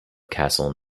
castle